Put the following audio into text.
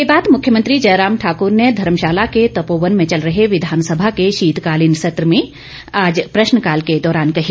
यह बात मुख्यमंत्री जयराम ठाकुर ने धर्मशाला के तपोवन में चल रहे विधानसभा के शीतकालीन सत्र में आज प्रश्नकाल के दौरान कही